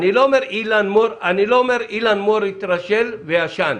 אני לא אומר שאתה התרשלת וישנת.